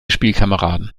spielkameraden